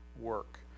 work